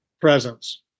presence